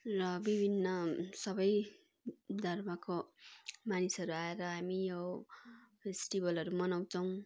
र विभिन्न सबै धर्मको मानिसहरू आएर हामी यो फेस्टिभलहरू मनाउँछौँ